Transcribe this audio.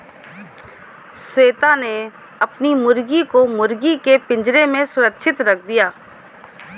श्वेता ने अपनी मुर्गी को मुर्गी के पिंजरे में सुरक्षित रख दिया